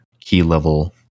key-level